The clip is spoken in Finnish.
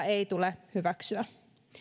ei tule hyväksyä